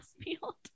field